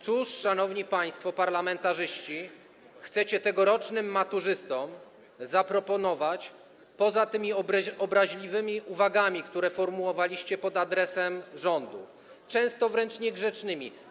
Cóż szanowni państwo parlamentarzyści chcecie tegorocznym maturzystom zaproponować poza tymi obraźliwymi uwagami, które formułowaliście pod adresem rządu, często wręcz niegrzecznymi?